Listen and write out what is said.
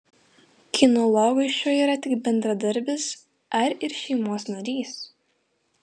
kinologui šuo yra tik bendradarbis ar ir šeimos narys